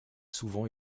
souvent